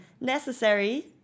Necessary